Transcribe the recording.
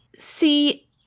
See